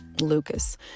Lucas